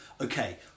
okay